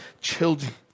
children